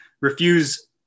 refuse